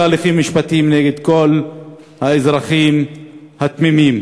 ההליכים המשפטיים נגד כל האזרחים התמימים.